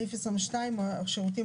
הרוויזיה